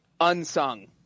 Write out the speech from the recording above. unsung